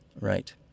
Right